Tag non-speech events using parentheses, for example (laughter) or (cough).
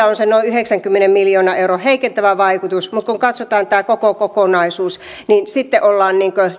(unintelligible) on se noin yhdeksänkymmenen miljoonan euron heikentävä vaikutus mutta kun katsotaan tämä koko kokonaisuus niin sitten ollaan